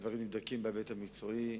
הדברים נבדקים בהיבט המקצועי.